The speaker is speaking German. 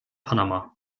panama